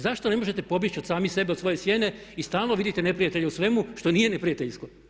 Zašto ne možete pobjeći od samih sebe, od svoje sjene i stalno vidite neprijatelje u svemu što nije neprijateljsko.